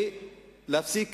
ולהפסיק